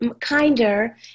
kinder